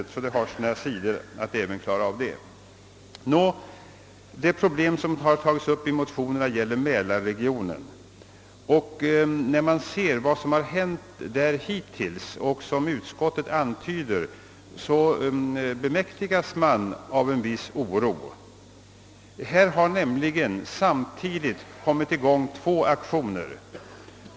Det erbjuder alltså naturligt nog stora svårigheter att samordna dessa olika sektorer och former av planering. De problem som tagits upp i motionerna gäller mälarregionen. När man ser vad som hittills hänt beträffande denna region — det antyds också av utskottet — grips man av en viss oro. Två aktioner har nämligen kommit i gång samtidigt.